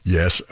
Yes